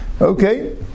Okay